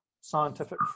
scientific